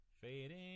Fading